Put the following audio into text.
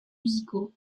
musicaux